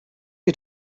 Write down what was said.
ihr